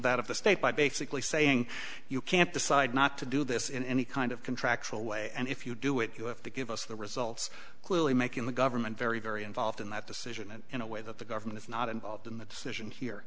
that of the state by basically saying you can't decide not to do this in any kind of contractual way and if you do it you have to give us the results clearly making the government very very involved in that decision and in a way that the government is not involved in the decision here